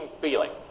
feeling